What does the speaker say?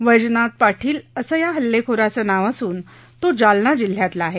वैजनाथ पाटील असं या हल्लेखोराचं नाव असून तो जालना जिल्ह्यातला आहे